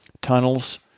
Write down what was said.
tunnels